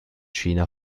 china